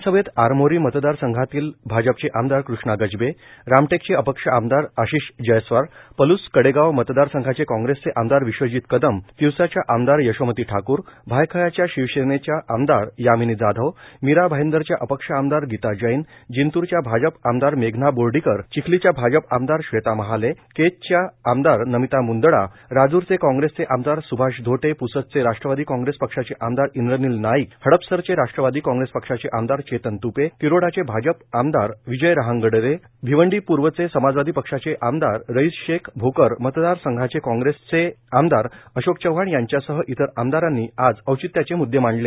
विधान सभेत आरमोरी मतदार संधातील भाजपचे आमदार कृष्णा गजबे रामटेकचे अपक्ष आमदार आशिष जयस्वाल पलूस कडेगाव मतदार संघाचे कॉग्रेसचे आमदार विश्वजित कदम तिवसाच्या आमदार यशोमती ठाकूर भायखळाच्च्या शिवसेनेच्या आमदार यामिनी जाधव मीरा भाईंदरच्या अपक्ष आमदार गीता जैन जिंतूरच्या भाजप आमदार मेघना बोर्डीकर चिखलीच्या भाजप आमदार श्वेता महाले केजच्या आमदार नमिता मुंदडा राजूराचे कॉग्रेसचे आमदार सुभाष धोटे प्सदचे राष्ट्रवादी कॉग्रेस पक्षाचे आमदार इंद्रनिल नाईक हडपसरचे राष्ट्रवादी कॉग्रेस पक्षाचे आमदार चेतन तूपे तिरोडाचे भाजप आमदार विजय रहांगडले भिवंडी पूर्वचे सामाजवादी पक्षाचे आमदार रईस शेख भोकर मतदार संघाचे कॉग्रेसचे आमदार अशोक चव्हाण यांच्या सह इतर आमदारांनी आज औचित्याचे मुददे मांडले